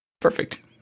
Perfect